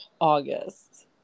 August